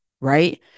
right